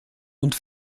und